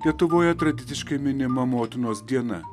lietuvoje tradiciškai minima motinos diena